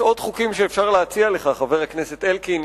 יש עוד חוקים שאפשר להציע לך, חבר הכנסת אלקין.